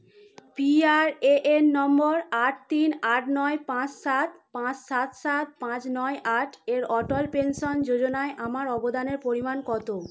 PRAN number আট তিন আট নয় পাঁচ সাত পাঁচ সাত সাত পাঁচ নয় আট এর অটল পেনশন যোজনায় আমার অবদানের পরিমাণ কত